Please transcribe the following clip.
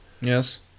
yes